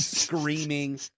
screaming